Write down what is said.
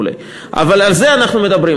אבל על זה אנחנו מדברים.